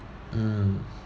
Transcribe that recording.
mm